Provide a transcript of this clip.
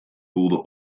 voelde